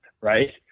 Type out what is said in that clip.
right